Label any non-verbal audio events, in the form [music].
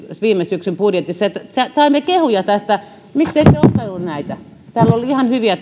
viime syksyn budjetissa ja saimme kehuja tästä miksi te ette ottanut näitä täällä oli ihan hyviä [unintelligible]